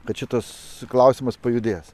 kad šitas klausimas pajudės